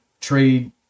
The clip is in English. trade